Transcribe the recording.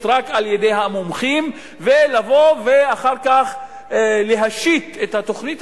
רק על-ידי המומחים ולבוא ואחר כך להשית את התוכנית